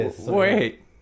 Wait